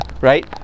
Right